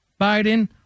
Biden